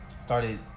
started